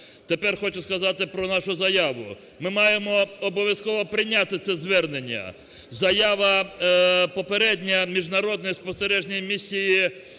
Тепер хочу сказати про нашу заяву, ми маємо обовязково прийняти це звернення, заява попередня, Міжнародної спостережної місії